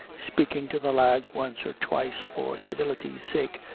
speak ing to the lads once or twice for civility's sake,